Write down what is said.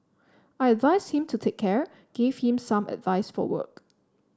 I advised him to take care gave him some advice for work